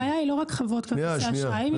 הבעיה היא לא רק חברות כרטיסי האשראי.